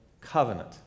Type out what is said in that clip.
covenant